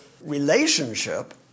relationship